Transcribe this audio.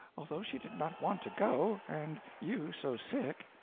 although she did not want to go, and you so sick,